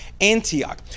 Antioch